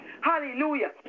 Hallelujah